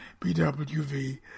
BWV